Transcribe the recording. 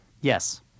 Yes